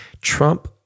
Trump